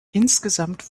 insgesamt